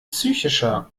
psychischer